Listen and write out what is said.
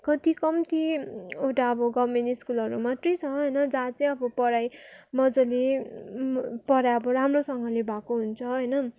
कति कम्तीवटा अब गभर्नमेन्ट स्कुलहरू मात्रै छ होइन जहाँ चाहिँ पढाइ मजाले पढाइ अब राम्रोसँगले भएको हुन्छ होइन